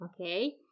okay